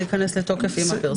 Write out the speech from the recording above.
זה ייכנס לתוקף עם הפרסום.